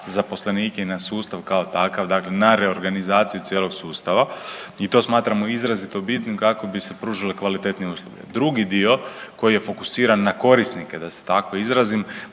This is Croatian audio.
zaposlenike i na sustav kao takav, dakle na reorganizaciju cijelog sustava i to smatramo izrazito bitnim kako bi se pružale kvalitetnije usluge. Drugi dio koji je fokusiran na korisnike, da se tako izrazim